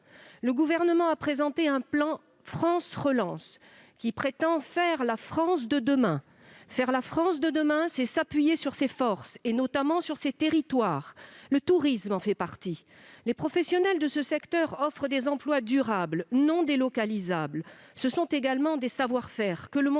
Le Gouvernement a présenté un plan France Relance qui prétend « faire la France de demain ». Or, faire la France de demain, c'est s'appuyer sur ses forces, et notamment sur ses territoires. Le tourisme est une de ces forces : les professionnels de ce secteur offrent des emplois durables, non délocalisables. Ce sont également des savoir-faire que le monde